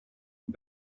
and